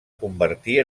convertir